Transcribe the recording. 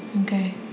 Okay